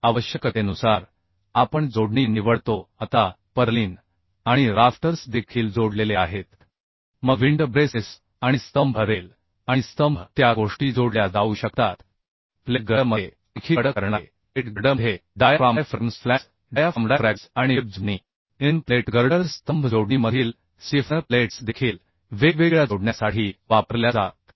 आवश्यकतेनुसार आपण जोडणी निवडतो आता पर्लिन आणि राफ्टर्स देखील जोडलेले आहेत मग विंड ब्रेसेस् आणि स्तंभ रेल आणि स्तंभ त्या गोष्टी जोडल्या जाऊ शकतात प्लेट गर्डरमध्ये आणखी कडक करणारे प्लेट गर्डरमध्ये डायाफ्राम diaphragms फ्लॅंज आणि वेब जोडणी इन प्लेट गर्डर्स स्तंभ जोडणीमधील स्टिफनर प्लेट्स देखील वेगवेगळ्या जोडण्यासाठी वापरल्या जातात